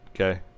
Okay